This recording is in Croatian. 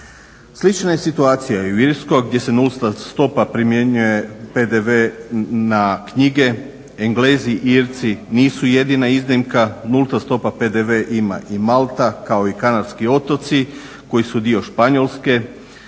Slična je situacija i u Irskoj gdje se nulta stopa primjenjuje PDV-a na knjige, Englezi, Irci nisu jedina iznimka, nultu stopu PDV-a ima i Malta kao i Kanarski otoci koji su dio Španjolske.